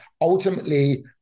ultimately